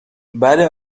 بله